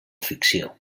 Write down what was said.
ficció